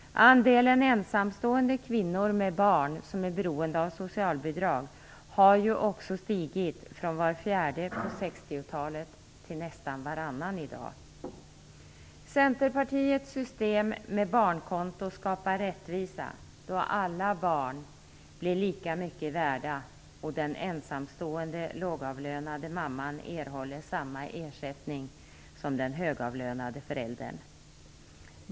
Andelen ensamstående kvinnor med barn som är beroende av socialbidrag har ju också stigit från en fjärdedel på 60-talet till nästan hälften i dag. Centerpartiets system med barnkonto skapar rättvisa, då alla barn blir lika mycket värda, och den ensamstående, lågavlönade mamman erhåller samma ersättning som den högavlönade föräldern.